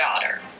daughter